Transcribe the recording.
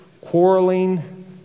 quarreling